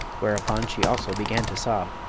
whereupon she also began to sob.